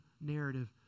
narrative